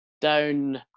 down